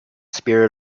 spirit